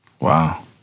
Wow